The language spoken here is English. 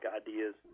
ideas